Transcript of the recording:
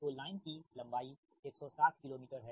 तोलाइन की लंबाई 160 kilometre है